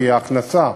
כי ההכנסה